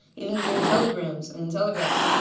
even through telegrams and telegraphs.